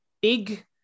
big